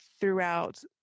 throughout